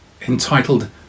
entitled